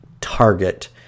target